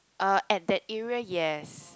uh at that area yes